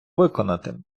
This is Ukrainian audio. виконати